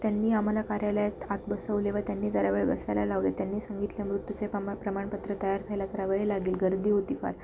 त्यांनी आम्हाला कार्यालयात आत बसवले व त्यांनी जरा वेळ बसायला लावले त्यांनी सांगितले मृत्यूचे प्रमा प्रमाणपत्र तयार व्हायला जरा वेळ लागेल गर्दी होती फार